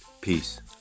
Peace